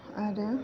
आरो